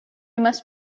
must